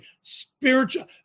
spiritual